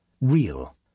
real